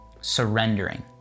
surrendering